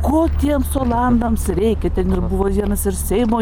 ko tiems olandams reikia ten ir buvo vienas ir seimo